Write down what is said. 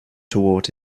toward